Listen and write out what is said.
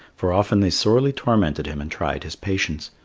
for often they sorely tormented him and tried his patience,